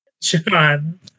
John